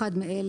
"מסמכים"